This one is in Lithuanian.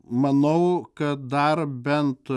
manau kad dar bent